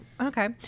Okay